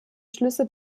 schlüsse